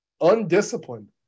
Undisciplined